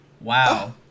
wow